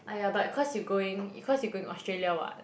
!aiya! but cause you going because you going Australia [what]